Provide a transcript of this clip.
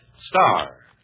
Star